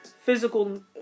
physical